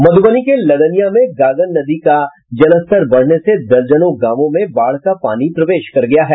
मध्रबनी के लदनिया में गागन नदी के जलस्तर बढ़ने से दर्जनों गांव में बाढ़ का पानी प्रवेश कर गया है